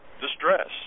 distress